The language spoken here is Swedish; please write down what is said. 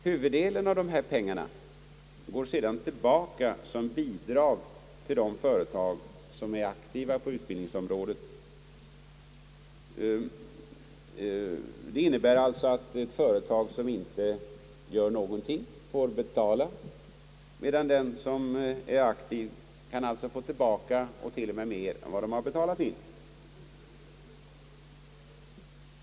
Huvuddelen av pengarna går sedan tillbaka som bidrag till de företag som är aktiva på utbildningsområdet, Detta innebär att företag som inte gör någonting enbart får betala, medan de aktiva kan få tillbaka mer än de betalat in.